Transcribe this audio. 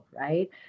right